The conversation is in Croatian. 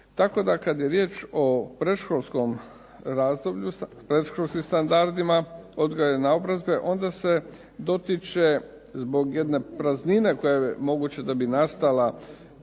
razdoblju, predškolskim standardima odgoja i naobrazbe, onda se dotiče zbog jedne praznine koja moguće da bi nastala